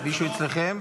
מישהו אצלכם?